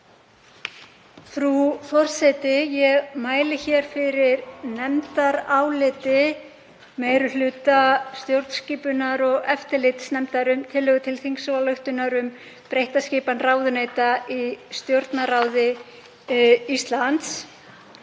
Frú forseti. Ég mæli hér fyrir nefndaráliti meiri hluta stjórnskipunar- og eftirlitsnefndar um tillögu til þingsályktunar um breytta skipan ráðuneyta í Stjórnarráði Íslands.